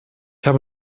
habe